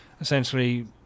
essentially